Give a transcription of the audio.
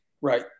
Right